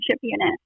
unit